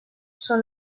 són